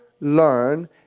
learn